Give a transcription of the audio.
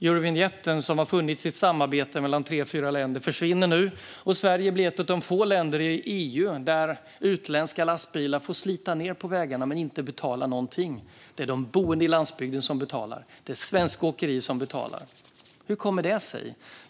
Eurovinjettsamarbetet, som har funnits mellan tre fyra länder, försvinner nu. Sverige blir ett av få länder i EU där utländska lastbilar får slita på vägarna utan att betala någonting. Det är de boende på landsbygden som betalar. Det är svenska åkerier som betalar. Hur kommer detta sig?